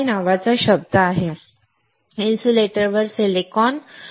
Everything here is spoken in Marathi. SOI नावाचा शब्द आहे इन्सुलेटरवर सिलिकॉन